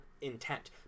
intent